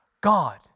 God